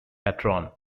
patron